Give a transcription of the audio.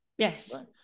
Yes